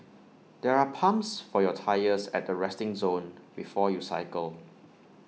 there are pumps for your tyres at the resting zone before you cycle